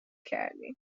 کردی